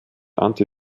anti